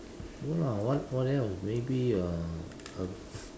no lah what what else maybe a a